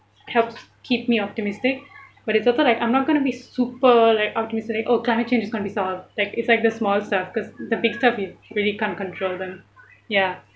helps keep me optimistic but it's also like I'm not going to be super like optimistic oh climate change is going be solved like it's like the small stuff because the big stuff you really can't control them ya